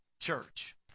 church